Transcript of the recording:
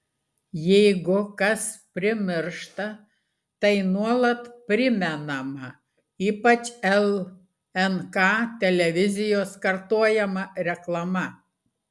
jeigu kas primiršta tai nuolat primenama ypač lnk televizijos kartojama reklama